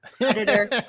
Editor